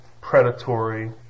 predatory